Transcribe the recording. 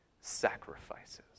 sacrifices